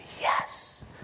yes